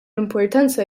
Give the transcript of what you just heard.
importanza